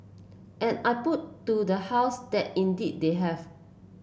and I put to the house that indeed they have